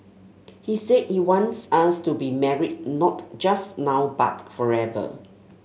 he said he wants us to be married not just now but forever